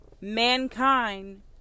mankind